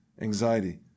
anxiety